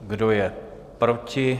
Kdo je proti?